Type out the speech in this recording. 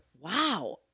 Wow